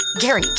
Gary